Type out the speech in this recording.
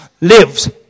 lives